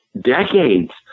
decades